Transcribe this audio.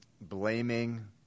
blaming